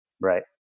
right